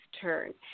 turn